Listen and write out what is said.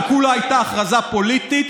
אבל זו הייתה הכרזה פוליטית,